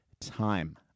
time